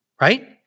right